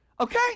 Okay